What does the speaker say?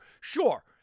sure